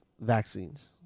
vaccines